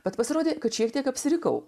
bet pasirodė kad šiek tiek apsirikau